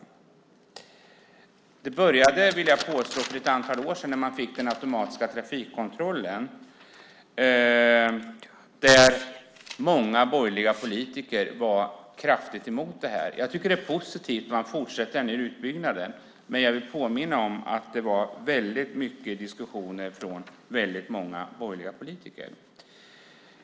Det började, vill jag påstå, för ett antal år sedan när man fick den automatiska trafikkontrollen. Många borgerliga politiker var kraftigt emot det. Jag tycker att det är positivt att man fortsätter utbyggnaden, men jag vill påminna om att det var väldigt mycket diskussioner från väldigt många borgerliga politiker.